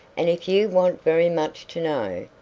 and if you want very much to know,